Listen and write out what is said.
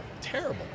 terrible